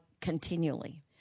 continually